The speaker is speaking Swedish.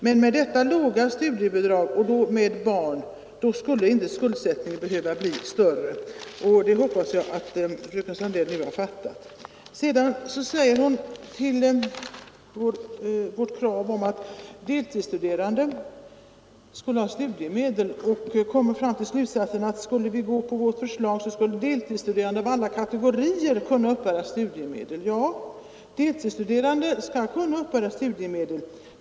Men med det nu gällande låga studiebidraget skall inte skuldsättningen behöva bli större för dem som har barn. Det hoppas jag att fröken Sandell i dag fattat. När det gäller vårt krav att deltidsstuderande skall ha studiemedel kommer fröken Sandell fram till slutsatsen att skulle man gå på vårt förslag så skulle deltidsstuderande av alla kategorier kunna uppbära studiemedel. Ja, deltidsstuderande skall kunna uppbära studiemedel.